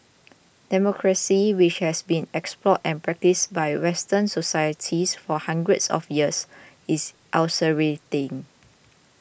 democracy which has been explored and practised by Western societies for hundreds of years is ulcerating